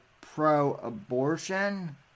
pro-abortion